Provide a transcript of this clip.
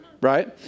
Right